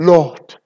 Lord